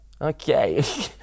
okay